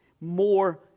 more